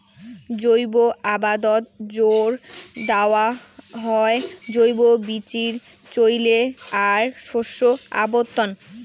জৈব আবাদত জোর দ্যাওয়া হয় জৈব বীচির চইলে আর শস্য আবর্তন